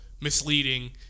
misleading